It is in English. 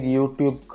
YouTube